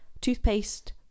toothpaste